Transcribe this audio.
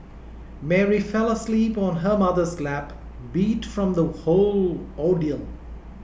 Mary fell asleep on her mother's lap beat from the whole ordeal